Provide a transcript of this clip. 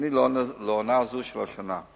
ואופייני לעונה זו של השנה.